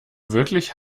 wirklich